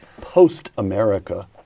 post-America